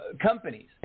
Companies